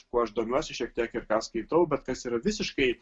kuo aš domiuosi šiek tiek ir ką skaitau bet kas yra visiškai